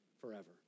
forever